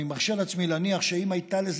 אני מרשה לעצמי להניח שאם הייתה לזה